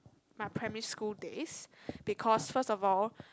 my primary school days because first of all